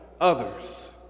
others